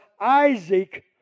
Isaac